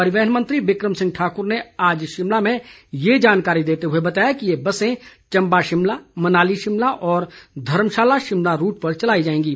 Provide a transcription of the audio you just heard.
परिवहन मंत्री बिक्रम सिंह ठाकुर ने आज शिमला में ये जानकारी देते हुए बताया कि ये बसें चंबा शिमला मनाली शिमला और धर्मशाला शिमला रूट पर चलाई जाएंगी